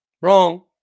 Wrong